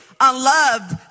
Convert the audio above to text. Unloved